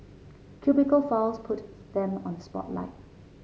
cubicle files put them on spotlight